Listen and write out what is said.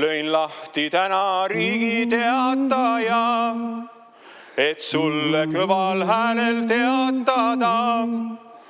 Lõin lahti täna Riigi Teataja, et sulle kõval häälel teatada: